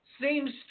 seems